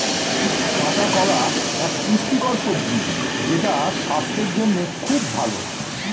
কাঁচা কলা এক পুষ্টিকর সবজি যেটা স্বাস্থ্যের জন্যে খুব ভালো